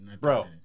bro